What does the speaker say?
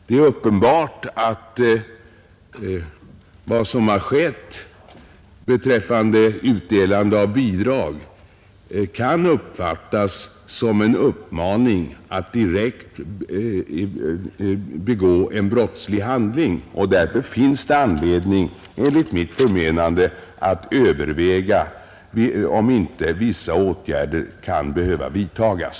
Det är uppenbart att vad som har skett beträffande utdelande av bidrag kan uppfattas som en uppmaning att direkt begå en brottslig handling. Därför finns det enligt mitt förmenande anledning att överväga om inte vissa åtgärder kan behöva vidtagas.